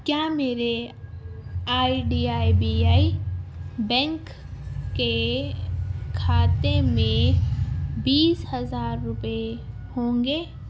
کیا میرے I D I B I bank کے خاتے میں بیس ہزار روپئے ہوں گے